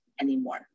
anymore